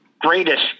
greatest